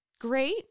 great